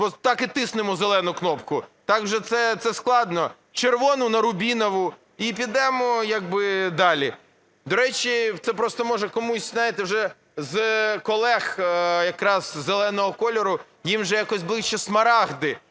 Так і тиснемо зелену кнопку, це складно. Червону на рубінову і підемо як би далі. До речі, це просто, може, комусь, знаєте, вже з колег якраз зеленого кольору їм же якось ближче смарагди